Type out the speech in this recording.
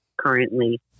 currently